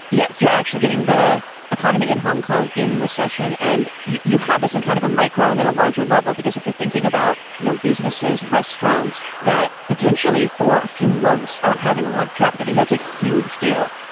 yeah, you're actually getting the economy in hong kong in recession and you you have this in kind of a micro and then a larger level, because if you're thinking about, you know, businesses, restaurants that potentially for a few months aren't having a lot of traffic, i mean, that's a huge deal,